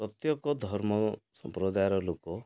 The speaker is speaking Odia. ପ୍ରତ୍ୟେକ ଧର୍ମ ସମ୍ପ୍ରଦାୟର ଲୋକ